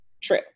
true